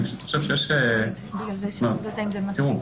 תראו,